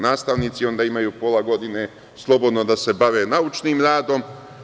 Nastavnici onda imaju pola godine slobodno da se bave naučnim radom.